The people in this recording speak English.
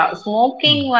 smoking